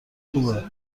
خوبه